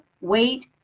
weight